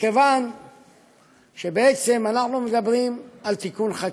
בעצם אנחנו מדברים על תיקון חקיקה.